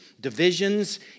divisions